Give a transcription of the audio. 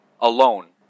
alone